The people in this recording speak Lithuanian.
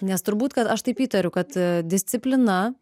nes turbūt kad aš taip įtariu kad disciplina